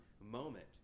moment